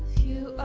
you